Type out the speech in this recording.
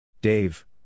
Dave